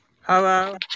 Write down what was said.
Hello